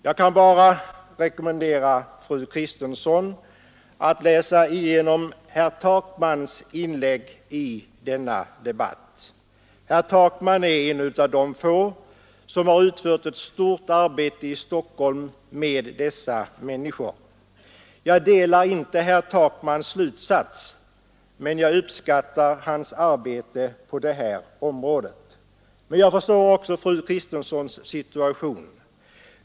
Jag kan bara rekommendera fru Kristensson att läsa igenom herr Takmans inlägg i denna debatt. Herr Takman har utfört ett stort arbete i Stockholm med dessa människor. Jag instämmer inte i herr Takmans slutsats, men jag uppskattar hans arbete på detta område. Jag förstår också fru Kristenssons situation.